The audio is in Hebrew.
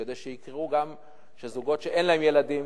כדי שגם זוגות שאין להם ילדים